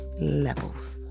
levels